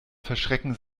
verschrecken